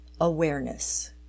AWARENESS